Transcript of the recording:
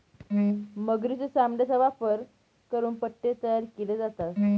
मगरीच्या चामड्याचा वापर करून पट्टे तयार केले जातात